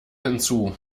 hinzu